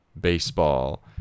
baseball